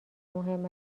مهم